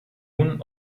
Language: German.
moon